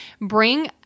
bring